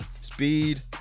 speed